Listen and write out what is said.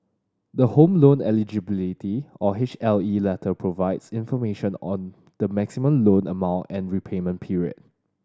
the Home Loan Eligibility or H L E letter provides information on the maximum loan amount and repayment period